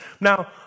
Now